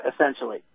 essentially